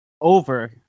over